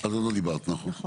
את עוד לא דיברת, נכון.